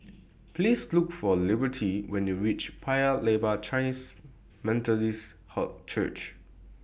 Please Look For Liberty when YOU REACH Paya Lebar Chinese Methodist Church